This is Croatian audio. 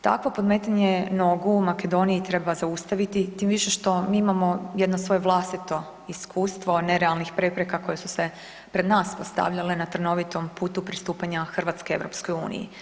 Takvo podmetanje nogu Makedoniji treba zaustaviti tim više što mi imamo jedno svoje vlastito iskustvo nerealnih prepreka koje su se pred nas postavljale na trnovitom putu pristupanja Hrvatske EU.